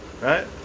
right